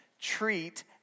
treat